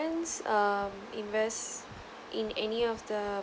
um invest in any of the